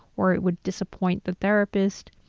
or it would disappoint the therapist.